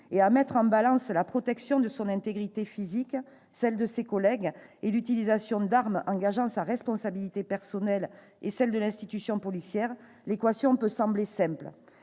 et à mettre en balance la protection de son intégrité physique, celle de ses collègues et l'utilisation d'armes engageant sa responsabilité personnelle et celle de l'institution policière, l'équation peut sembler simple.